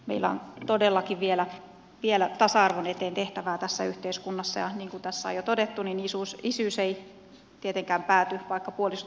meillä on todellakin vielä tasa arvon eteen tehtävää tässä yhteiskunnassa ja niin kuin tässä on jo todettu isyys ei tietenkään pääty vaikka puolisot muuttavat erilleen